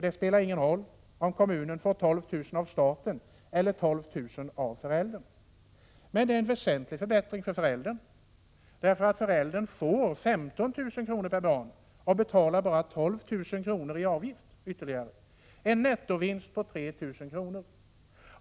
Det spelar ju ingen roll om kommunen får 12 000 kr. av staten eller av föräldrarna. Men det är en väsentlig förbättring för föräldrarna, eftersom de ju får 15 000 kr. per barn och bara betalar 12 000 ytterligare i avgift — en nettovinst på 3 000 kr.